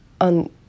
on